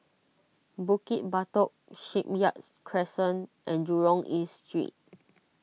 Bukit Batok Shipyard Crescent and Jurong East Street